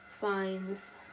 finds